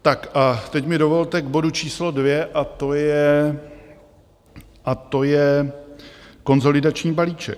Tak a teď mi dovolte k bodu číslo dvě, a to je konsolidační balíček.